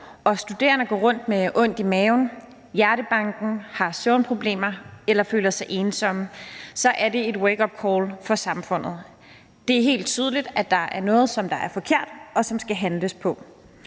studerende, går rundt med ondt i maven, hjertebanken, har søvnproblemer eller føler sig ensomme, for så er det et wakeupcall for samfundet. Det er helt tydeligt, at der er noget, som er forkert, og som der skal handles på.